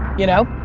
you know?